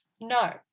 No